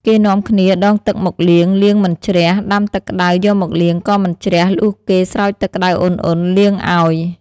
គេនាំគ្នាដងទឹកមកលាង លាងមិនជ្រះ ដាំទឹកក្ដៅយកមកលាងក៏មិនជ្រះ លុះគេ ស្រោចទឹកក្ដៅអ៊ុនៗលាងឱ្យ។